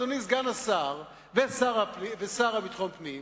אדוני סגן השר והשר לביטחון פנים,